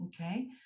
okay